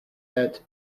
head